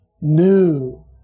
New